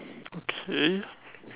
okay